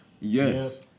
Yes